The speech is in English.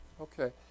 Okay